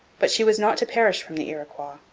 but she was not to perish from the iroquois.